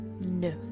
No